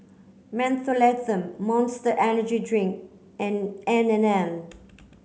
Mentholatum Monster Energy Drink and N and N